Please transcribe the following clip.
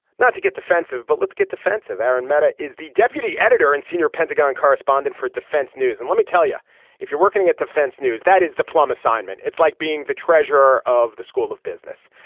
not to get defensive. but let's get defensive aaron mehta is the deputy editor and senior pentagon correspondent for defense news and let me tell you if you're working at defense news that is the plum assignment. it's like being the treasurer of the school of business.